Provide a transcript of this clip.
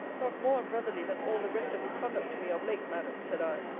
not more unbrotherly than all the rest of his conduct to me, of late, madam, said i.